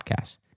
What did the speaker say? Podcasts